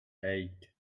eight